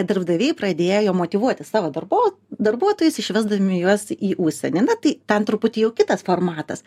darbdaviai pradėjo motyvuoti savo darbo darbuotojus išvesdami juos į užsienį na tai ten truputį jau kitas formatas